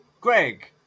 Greg